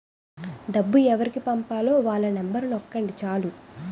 డబ్బు ఎవరికి పంపాలో వాళ్ళ నెంబరు నొక్కండి చాలు